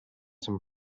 some